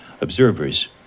observers